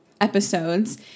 episodes